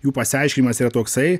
jų pasiaiškinimas yra toksai